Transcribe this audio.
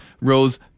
rose